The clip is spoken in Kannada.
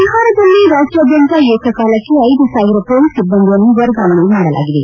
ಬಿಹಾರದಲ್ಲಿ ರಾಜ್ಗಾದ್ಯಂತ ಏಕಕಾಲಕ್ಷೆ ಐದು ಸಾವಿರ ಪೊಲೀಸ್ ಸಿಬ್ಲಂದಿಯನ್ನು ವರ್ಗಾವಣೆ ಮಾಡಲಾಗಿದೆ